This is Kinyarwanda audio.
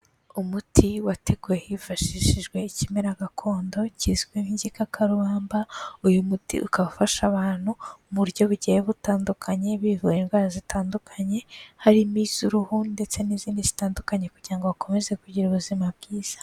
Umuti wateguwe hifashishijwe ikimera gakondo kizwi nk'igikakarubamba, uyu muti ukaba ufasha abantu mu buryo bugiye butandukanye bivura indwara zitandukanye, harimo iz'uruhu ndetse n'izindi zitandukanye kugira ngo bakomeze kugira ubuzima bwiza.